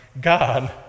God